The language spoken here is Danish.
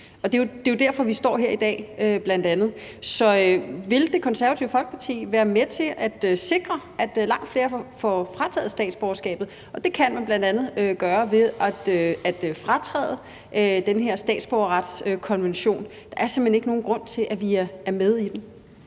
Det er jo bl.a. derfor, vi står her i dag. Så vil Det Konservative Folkeparti være med til at sikre, at langt flere får frataget statsborgerskabet? Det kan man bl.a. gøre ved at udtræde af den her statsborgerretskonvention. Der er simpelt hen ingen grund til, at vi er med i den.